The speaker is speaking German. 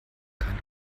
kein